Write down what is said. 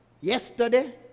yesterday